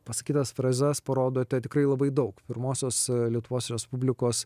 pasakytas frazes parodote tikrai labai daug pirmosios lietuvos respublikos